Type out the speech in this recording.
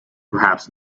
perhaps